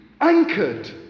anchored